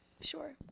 Sure